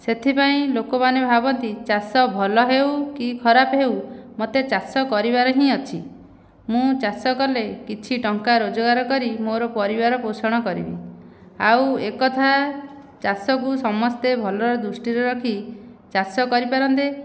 ସେଥିପାଇଁ ଲୋକମାନେ ଭାବନ୍ତି ଚାଷ ଭଲ ହେଉ କି ଖରାପ ହେଉ ମୋତେ ଚାଷ କରିବାର ହିଁ ଅଛି ମୁଁ ଚାଷ କଲେ କିଛି ଟଙ୍କା ରୋଜଗାର କରି ମୋର ପରିବାର ପୋଷଣ କରିବି ଆଉ ଏକଥା ଚାଷକୁ ସମସ୍ତେ ଭଲ ଦୃଷ୍ଟିରେ ରଖି ଚାଷ କରିପାରନ୍ତେ